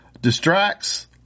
distracts